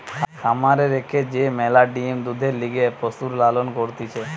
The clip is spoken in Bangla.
খামারে রেখে যে ম্যালা ডিম্, দুধের লিগে পশুর লালন করতিছে